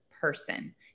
person